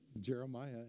Jeremiah